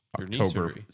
October